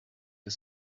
the